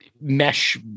mesh